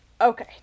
Okay